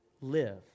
live